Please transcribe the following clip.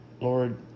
Lord